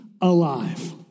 alive